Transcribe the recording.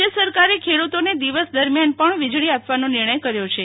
રાજ્ય સરકારે ખેડૂતોને દિવસ દરમિયાન પણ વીજળી આપવાનો નિર્ણય કર્યો છે